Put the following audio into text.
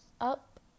up